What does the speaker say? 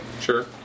Sure